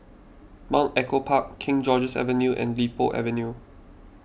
Mount Echo Park King George's Avenue and Li Po Avenue